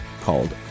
called